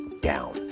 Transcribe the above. down